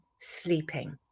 sleeping